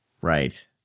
Right